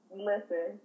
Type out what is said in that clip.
Listen